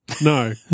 No